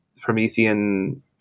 Promethean